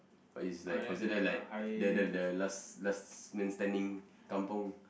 but is like consider like the the the last last man standing kampung